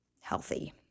healthy